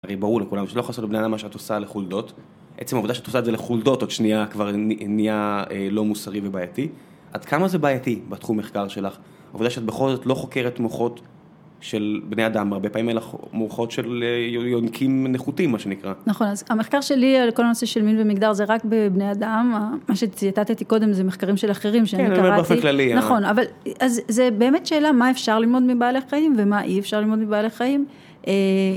ברור לכולם שאת לא יכולה לעשות לבני אדם מה שאת עושה לחולדות. עצם העובדה שאת עושה את זה לחולדות עוד שנייה כבר נהיה לא מוסרי ובעייתי. עד כמה זה בעייתי בתחום המחקר שלך? העובדה שאת בכל זאת לא חוקרת מוחות של בני אדם הרבה פעמים אלא מוחות של יונקים נחותים, מה שנקרא. נכון, אז המחקר שלי על כל הנושא של מין ומגדר זה רק בבני אדם. מה שציטטתי קודם זה מחקרים של אחרים, שאני קראתי. כן, אני מדבר באופן כללי. נכון, אבל זה באמת שאלה מה אפשר ללמוד מבעלי חיים ומה אי אפשר ללמוד מבעלי חיים.